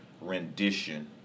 rendition